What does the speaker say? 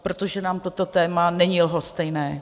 Protože nám toto téma není lhostejné.